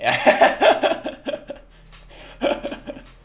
ya